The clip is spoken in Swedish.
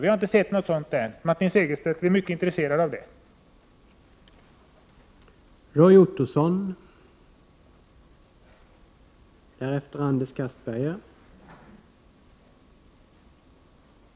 Vi har ännu inte sett några sådana förslag. Vi är, Martin Segerstedt, mycket intresserade av ett svar på dessa frågor.